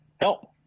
help